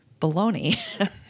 baloney